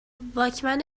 واکمن